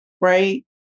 right